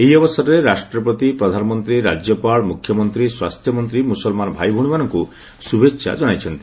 ଏହି ଅବସରରେ ରାଷ୍ଟ୍ରପତି ପ୍ରଧାନମନ୍ତୀ ରାଜ୍ୟପାଳ ମୁଖ୍ୟମନ୍ତୀ ସ୍ୱାସ୍ଥ୍ୟମନ୍ତୀ ମୁସଲମାନ ଭାଇଭଉଣୀ ମାନଙ୍କୁ ଶୁଭେଛା ଜଣାଇଛନ୍ତି